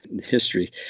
history